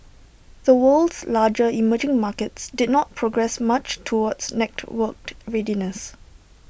the world's larger emerging markets did not progress much towards networked readiness